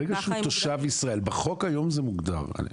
ברגע שהוא תושב ישראל, בחוק היום זה מוגדר.